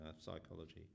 psychology